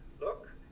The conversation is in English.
Look